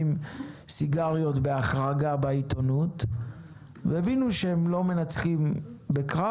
סיגריות בהחרגה בעיתונות והבינו שהם לא מנצחים בקרב,